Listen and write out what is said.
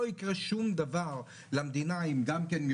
לא יקרה שום דבר למדינה אם גם כן הם